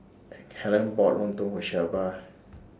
Helyn bought Lontong For Shelba